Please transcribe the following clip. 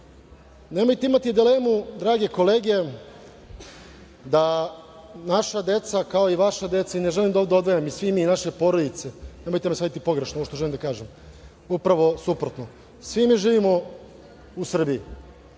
državu. Nemojte imati dilemu, drage kolege, da naša deca, kao i vaša deca, i ne želim, ovde svi mi imam porodice, nemojte me shvatiti pogrešno ovo što želim da kažem, upravo suprotno, svi mi živimo u Srbiji